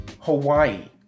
Hawaii